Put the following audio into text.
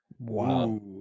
wow